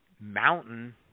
Mountain